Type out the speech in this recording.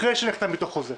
אחרי שנחתם איתו חוזה.